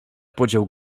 podział